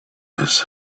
this